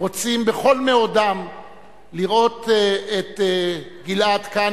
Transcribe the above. רוצים בכל מאודם לראות את גלעד כאן,